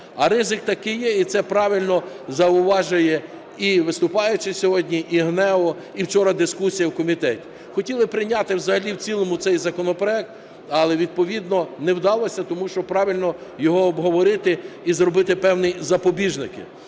А ризик такий є, і це правильно зауважує і виступаючий сьогодні, і ГНЕУ, і вчора дискусія в комітеті. Хотіли прийняти взагалі в цілому цей законопроект, але відповідно не вдалося, тому що правильно його обговорити і зробити певні запобіжники.